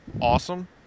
awesome